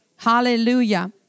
Hallelujah